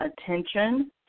attention